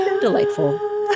delightful